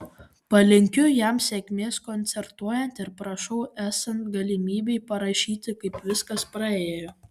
palinkiu jam sėkmės koncertuojant ir prašau esant galimybei parašyti kaip viskas praėjo